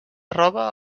roba